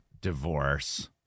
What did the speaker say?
divorce